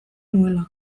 nuela